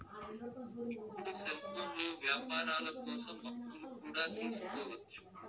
ఇప్పుడు సెల్ఫోన్లో వ్యాపారాల కోసం అప్పులు కూడా తీసుకోవచ్చు